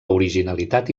originalitat